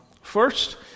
First